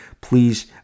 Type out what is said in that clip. Please